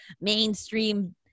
mainstream